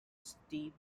steep